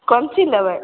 कोन चीज लेबै